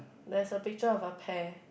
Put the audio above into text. there is a picture of a pear